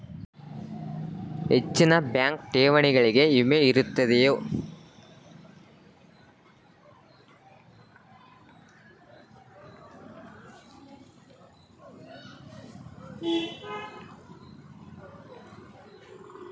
ಹೆಚ್ಚಿನ ಬ್ಯಾಂಕ್ ಠೇವಣಿಗಳಿಗೆ ವಿಮೆ ಇರುತ್ತದೆಯೆ?